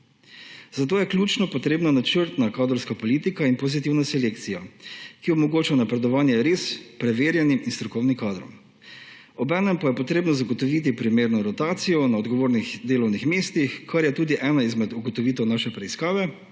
Zato je ključna načrtna kadrovska politika in pozitivna selekcija, ki omogoča napredovanje res preverjenim in strokovnim kadrom. Obenem pa je treba zagotoviti primerno rotacijo na odgovornih delovnih mestih, kar je tudi ena izmed ugotovitev naše preiskave,